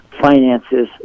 finances